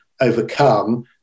overcome